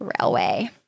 Railway